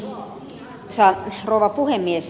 arvoisa rouva puhemies